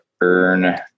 earn